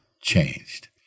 changed